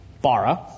bara